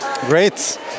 Great